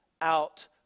out